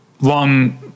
long